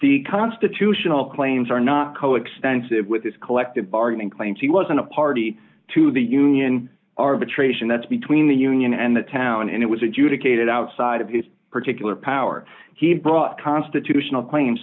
the constitutional claims are not coextensive with this collective bargaining claims he wasn't a party to the union arbitration that's between the union and the town and it was adjudicated outside of his particular power he brought constitutional claim